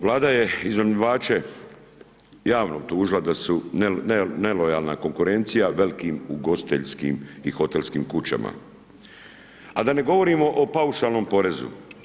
Vlada je iznajmljivače javno optužila da su nelojalna konkurencija velikim ugostiteljskim i hotelskim kućama, a da ne govorimo o paušalnom porezu.